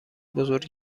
بزرگ